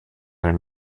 their